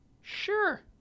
Sure